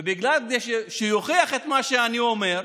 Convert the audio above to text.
וכדי שיוכיח את מה שאני אומר,